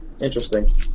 interesting